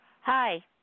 Hi